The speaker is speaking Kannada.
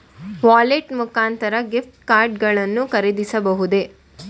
ವ್ಯಾಲೆಟ್ ಮುಖಾಂತರ ಗಿಫ್ಟ್ ಕಾರ್ಡ್ ಗಳನ್ನು ಖರೀದಿಸಬಹುದೇ?